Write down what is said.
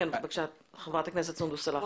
בבקשה, חברת הכנסת סונדוס סאלח.